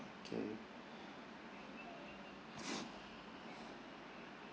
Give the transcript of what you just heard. okay